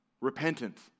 Repentance